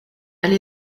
elle